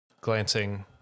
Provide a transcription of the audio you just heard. glancing